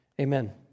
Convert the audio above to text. amen